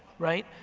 right?